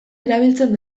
erabiltzen